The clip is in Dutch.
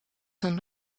een